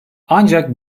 ancak